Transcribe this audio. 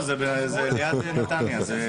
לא, זה ליד נתניה.